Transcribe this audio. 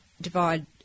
divide